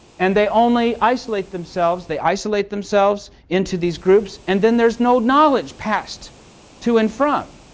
and they only isolate themselves, they isolate themselves into these groups, and then there's no knowledge passed to and from.